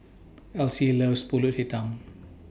Elzie loves Pulut Hitam